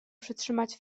przytrzymać